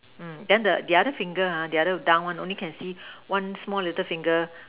mm then the the other finger ah the other down one only can see one small little finger